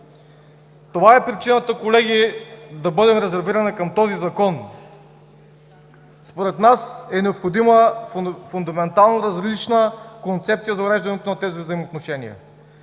Това е причината, колеги, да бъдем резервирани към този Закон. Според нас е необходима фундаментално различна концепция за уреждането на тези взаимоотношения.